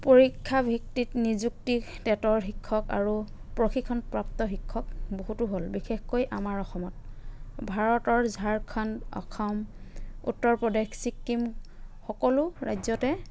পৰীক্ষা ভিত্তিত নিযুক্তি টেটৰ শিক্ষক আৰু প্ৰশিক্ষণপ্ৰাপ্ত শিক্ষক বহুতো হ'ল বিশেষকৈ আমাৰ অসমত ভাৰতৰ ঝাৰখণ্ড অসম উত্তৰ প্ৰদেশ ছিকিম সকলো ৰাজ্যতে